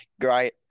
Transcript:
great